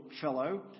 fellow